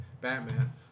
Batman